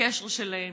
בקשר שלהן,